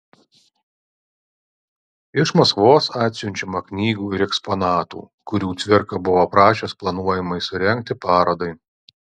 iš maskvos atsiunčiama knygų ir eksponatų kurių cvirka buvo prašęs planuojamai surengti parodai